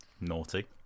Naughty